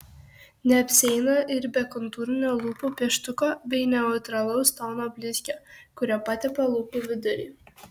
neapsieina ir be kontūrinio lūpų pieštuko bei neutralaus tono blizgio kuriuo patepa lūpų vidurį